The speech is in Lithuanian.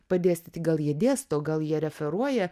padėstyti gal jie dėsto gal jie referuoja